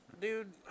Dude